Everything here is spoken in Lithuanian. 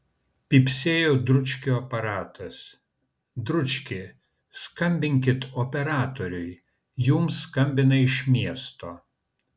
pypsėjo dručkio aparatas dručki skambinkit operatoriui jums skambina iš miesto